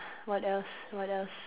what else what else